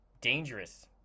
dangerous